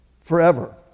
forever